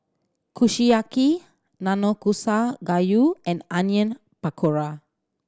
Kushiyaki Nanakusa Gayu and Onion Pakora